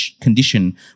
condition